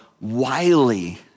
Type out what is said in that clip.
wily